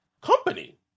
company